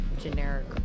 generic